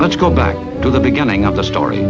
let's go back to the beginning of the story